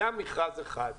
היה מכרז אחד גדול,